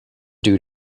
due